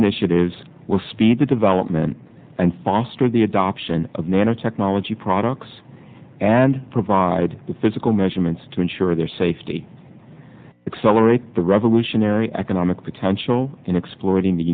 initiatives will speed the development and foster the adoption of nanotechnology products and provide the physical measurements to ensure their safety accelerate the revolutionary economic potential in exploiting th